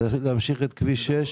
להמשיך את כביש 6?